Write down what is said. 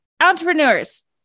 entrepreneurs